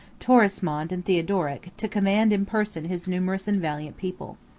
torismond and theodoric, to command in person his numerous and valiant people.